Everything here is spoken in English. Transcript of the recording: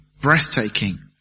breathtaking